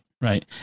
Right